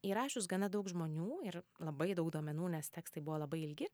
įrašius gana daug žmonių ir labai daug duomenų nes tekstai buvo labai ilgi